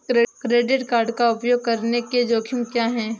Credit card का उपयोग करने के जोखिम क्या हैं?